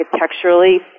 architecturally